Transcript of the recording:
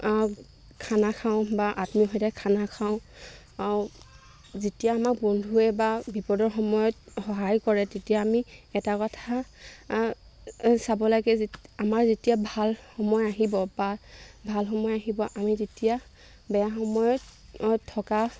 খানা খাওঁ বা আত্মীয়ৰ সৈতে খানা খাওঁ যেতিয়া আমাক বন্ধুৱে বা বিপদৰ সময়ত সহায় কৰে তেতিয়া আমি এটা কথা চাব লাগে আমাৰ যেতিয়া ভাল সময় আহিব বা ভাল সময় আহিব আমি তেতিয়া বেয়া সময়ত থকা